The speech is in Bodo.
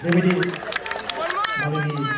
बेबायदि मालायनि